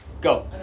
Go